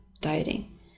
dieting